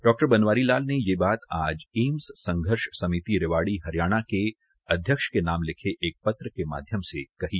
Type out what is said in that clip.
डा बनवारी लाल ने यह बात आज एम्स संघर्ष समिति रेवाडी हरियाणा के अध्यक्ष के नाम लिखे एक पत्र के माध्यम से कही